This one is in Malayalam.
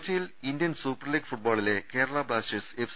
കൊച്ചിയിൽ ഇന്ത്യൻ സൂപ്പർലീഗ് ഫുട്ബോളിലെ കേരള ബ്ലാസ്റ്റേഴ്സ് എഫ്